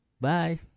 Bye